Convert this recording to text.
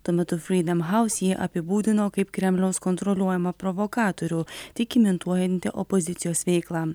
tuo metu fridom haus jį apibūdino kaip kremliaus kontroliuojamą provokatorių tik imituojantį opozicijos veiklą